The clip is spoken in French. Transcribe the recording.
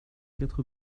quatre